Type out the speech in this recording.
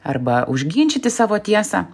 arba užginčyti savo tiesą